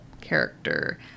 character